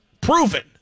proven